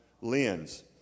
lens